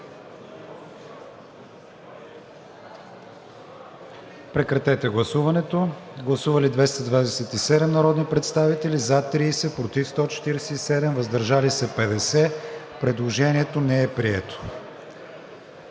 което завършва на 204. Гласували 227 народни представители: за 30, против 147, въздържали се 50. Предложението не е прието.